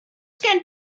gen